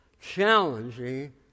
challenging